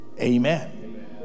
Amen